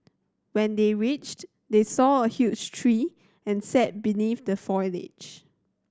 when they reached they saw a huge tree and sat beneath the foliage